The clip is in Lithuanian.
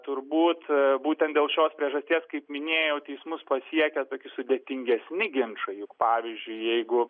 turbūt būtent dėl šios priežasties kaip minėjau teismus pasiekia tokie sudėtingesni ginčai pavyzdžiui jeigu